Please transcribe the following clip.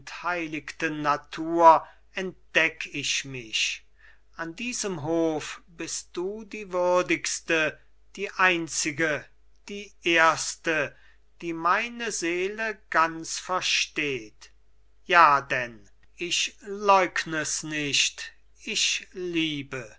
natur entdeck ich mich an diesem hof bist du die würdigste die einzige die erste die meine seele ganz versteht ja denn ich leugn es nicht ich liebe